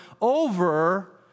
over